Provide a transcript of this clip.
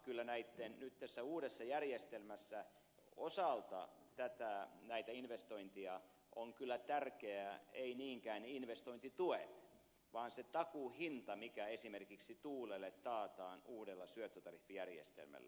kyllä nyt tässä uudessa järjestelmässä näitten investointien osalta on kyllä tärkeää ei niinkään investointituet vaan se takuuhinta mikä esimerkiksi tuulelle taataan uudella syöttötariffijärjestelmällä